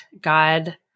God